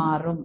மாறும்